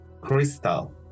crystal